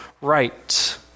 right